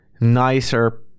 nicer